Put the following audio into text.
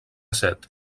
set